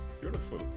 Beautiful